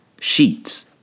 Sheets